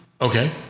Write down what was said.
Okay